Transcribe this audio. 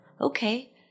Okay